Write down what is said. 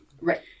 Right